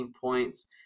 points